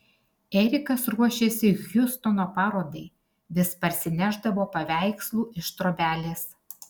erikas ruošėsi hjustono parodai vis parsinešdavo paveikslų iš trobelės